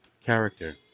character